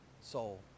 soul